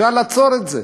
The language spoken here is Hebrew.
אפשר לעצור את זה,